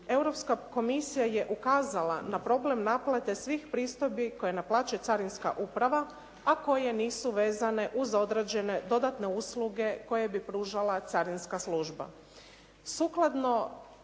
Europska komisija je ukazala na problem naplate svih pristojbi koje naplaćuje carinska uprava a koje nisu vezane uz određene dodatne usluge koje bi pružala carinska služba.